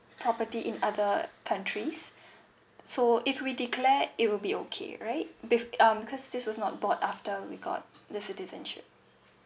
property in other countries so if we declared it will be okay right with um cause this was not bought after we got the citizenship